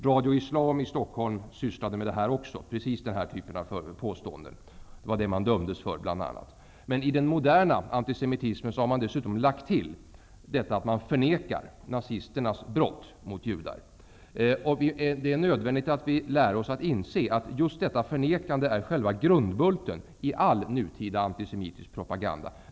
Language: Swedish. Radio Islam i Stockholm sysslade också med precis den här typen av propaganda. Det var bl.a. det som de ansvariga dömdes för. I den moderna antisemitismen förnekar man dessutom nazisternas brott mot judar. Det är nödväntigt att vi inser att just detta förnekande är själva grundbulten i all nutida antisemitisk propaganda.